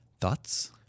Thoughts